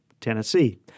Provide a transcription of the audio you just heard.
Tennessee